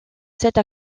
cette